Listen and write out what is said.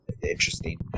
interesting